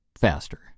faster